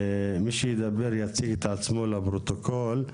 מי שידבר יציג את עצמו לפרוטוקול.